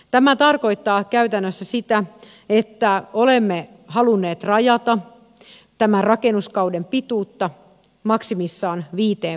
tämä tarkoittaa käytännössä sitä että olemme halunneet rajata tämän rakennuskauden pituutta maksimissaan viiteen vuoteen